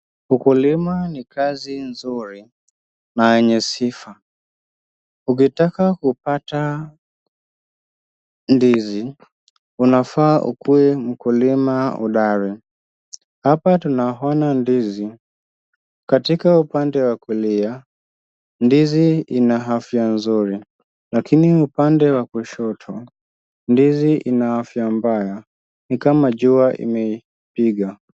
Ukulima ni Kasi nzuri na yenye sifa ukitaka kupata ndizi unafaa ukuwe mkulima hodari katika upande wa kulia ndizi Ina afya nzuri lakini upande wa kushoto ndizi Ina afya mbaya ni kama jua imepika